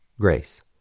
Grace